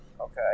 okay